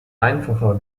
einfacher